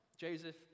Joseph